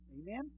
Amen